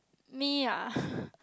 me ah